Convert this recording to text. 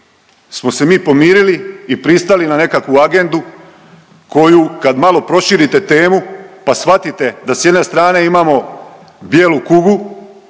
smo se mi pomirili i pristali na nekakvu agendu koju kad malo proširite temu pa shvatite da s jedne strane imamo bijelu kugu